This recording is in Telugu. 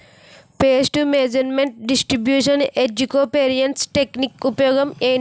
పేస్ట్ మేనేజ్మెంట్ డిస్ట్రిబ్యూషన్ ఏజ్జి కో వేరియన్స్ టెక్ నిక్ ఉపయోగం ఏంటి